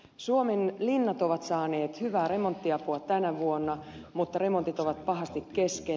suomen linnat ovat saaneet hyvää remonttiapua tänä vuonna mutta remontit ovat pahasti kesken